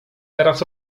teraz